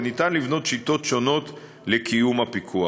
ואפשר לבנות שיטות שונות לקיום הפיקוח.